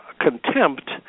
contempt